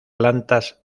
plantas